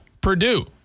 Purdue